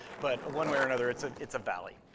but one way or another, it's ah it's a valley.